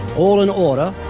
all in order,